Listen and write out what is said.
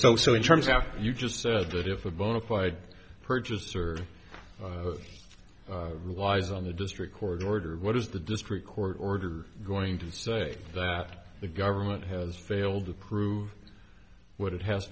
so so in terms of you just said that if a bona fide purchaser relies on the district court order what is the district court order going to say that the government has failed to prove what it has